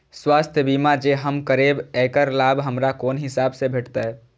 स्वास्थ्य बीमा जे हम करेब ऐकर लाभ हमरा कोन हिसाब से भेटतै?